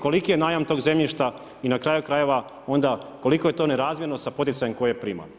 Koliki je najam tog zemljišta i na kraju krajeva, onda, koliko je to nerazmjerno sa poticajem koje prima.